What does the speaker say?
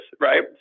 right